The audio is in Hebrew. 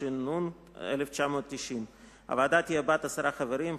התש"ן 1990. הוועדה תהיה בת עשרה חברים,